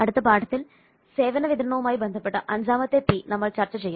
അടുത്ത പാഠത്തിൽ സേവന വിതരണവുമായി ബന്ധപ്പെട്ട അഞ്ചാമത്തെ പി നമ്മൾ ചർച്ച ചെയ്യും